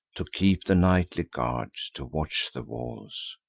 to keep the nightly guard, to watch the walls,